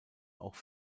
auch